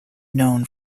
known